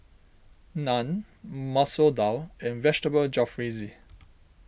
Naan Masoor Dal and Vegetable Jalfrezi